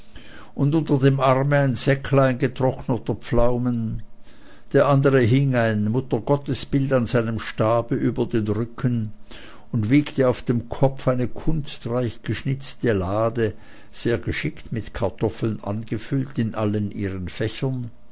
und unter dem arme ein säcklein getrockneter pflaumen der andere hing ein muttergottesbild an seinem stabe über den rücken und wiegte auf dem kopfe eine kunstreich geschnitzte lade sehr geschickt mit kartoffeln angefüllt in allen ihren fächern